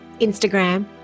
Instagram